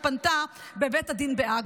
שפנתה לבית הדין בהאג.